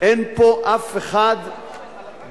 אין פה אף אחד בבית,